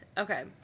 Okay